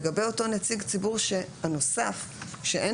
לגבי אותו נציג ציבור הנוסף שאין